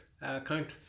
account